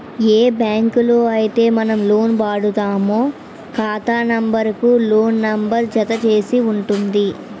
ఏ బ్యాంకులో అయితే మనం లోన్ వాడుతామో ఖాతా నెంబర్ కు లోన్ నెంబర్ జత చేసి ఉంటుంది